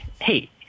hey